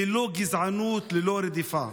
ללא גזענות, ללא רדיפה.